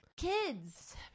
kids